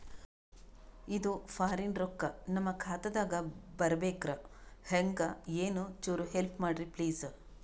ಇದು ಫಾರಿನ ರೊಕ್ಕ ನಮ್ಮ ಖಾತಾ ದಾಗ ಬರಬೆಕ್ರ, ಹೆಂಗ ಏನು ಚುರು ಹೆಲ್ಪ ಮಾಡ್ರಿ ಪ್ಲಿಸ?